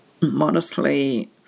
modestly